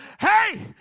Hey